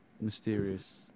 mysterious